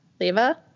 leva